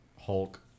Hulk